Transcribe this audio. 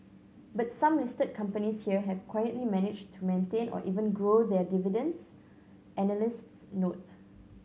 but some listed companies here have quietly managed to maintain or even grow their dividends analysts note